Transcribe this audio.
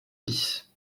lys